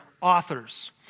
authors